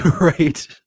Right